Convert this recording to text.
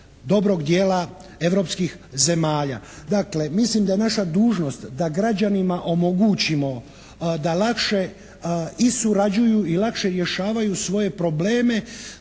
dobrog dijela europskih zemalja. Dakle, mislim da je naša dužnost da građanima omogućimo da lakše i surađuju i lakše rješavaju svoje probleme